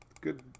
good